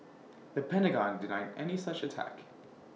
the Pentagon denied any such attack